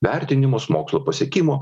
vertinimus mokslo pasiekimų